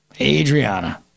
Adriana